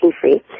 free